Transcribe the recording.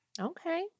okay